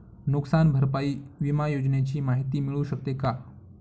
नुकसान भरपाई विमा योजनेची माहिती मिळू शकते का?